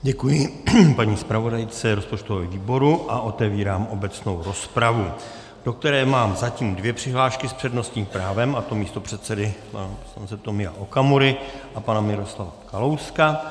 Děkuji paní zpravodajce rozpočtového výboru a otevírám obecnou rozpravu, do které mám zatím dvě přihlášky s přednostním právem, a to místopředsedy Tomia Okamury a pana Miroslava Kalouska.